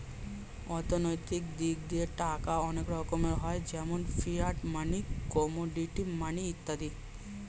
অর্থনৈতিক দিক দিয়ে টাকা অনেক রকমের হয় যেমন ফিয়াট মানি, কমোডিটি মানি ইত্যাদি